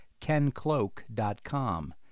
kencloak.com